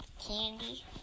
candy